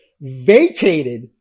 vacated